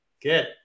good